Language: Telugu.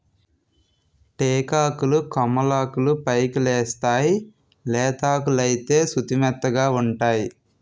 టేకాకులు కొమ్మలాకులు పైకెలేస్తేయ్ లేతాకులైతే సుతిమెత్తగావుంటై